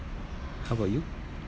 how about you